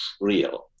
real